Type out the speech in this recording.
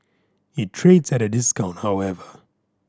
it trades at a discount however